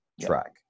track